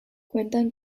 cuentan